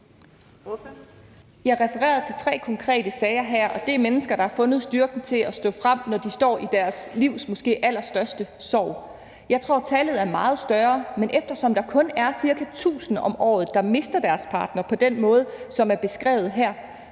Jeg refererede her til tre konkrete sager, og det er mennesker, der har fundet styrken til at stå frem, når de står i deres livs måske allerstørste sorg. Jeg tror, at tallet er meget større, men eftersom der kun er ca. 1.000 om året, der mister deres partner på den måde, som er beskrevet her,